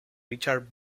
richard